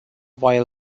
while